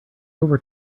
over